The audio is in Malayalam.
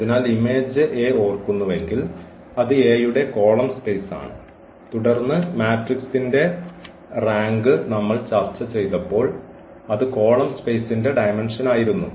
അതിനാൽ ഇമേജ് A ഓർക്കുന്നുവെങ്കിൽ അത് A യുടെ കോളം സ്പേസ് ആണ് തുടർന്ന് മാട്രിക്സിന്റെ റാങ്ക് നമ്മൾ ചർച്ച ചെയ്തപ്പോൾ അത് കോളം സ്പേസിന്റെ ഡയമെന്ഷന് ആയിരുന്നു